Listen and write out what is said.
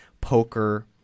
poker